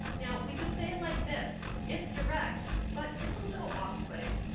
now, we could say it like this. it's direct, but it's a little off-putting.